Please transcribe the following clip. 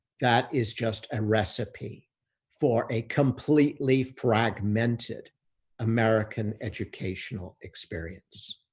that is just a recipe for a completely fragmented american educational experience.